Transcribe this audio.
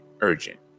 urgent